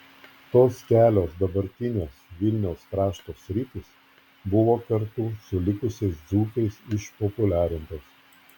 tos kelios dabartinės vilniaus krašto sritys buvo kartu su likusiais dzūkais išpopuliarintos